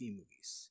movies